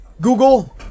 Google